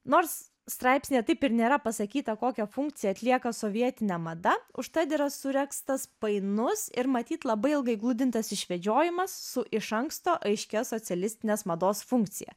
nors straipsnyje taip ir nėra pasakyta kokią funkciją atlieka sovietinė mada užtat yra suregztas painus ir matyt labai ilgai gludintas išvedžiojimas su iš anksto aiškia socialistinės mados funkcija